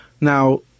Now